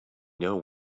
know